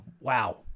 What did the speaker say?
wow